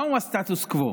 מהו הסטטוס קוו?